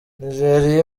nigeria